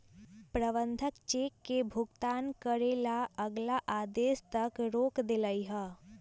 प्रबंधक चेक के भुगतान करे ला अगला आदेश तक रोक देलई ह